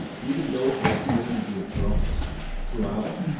even though his frame be of bronze throughout,